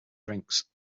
drinks